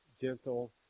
gentle